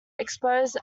exposed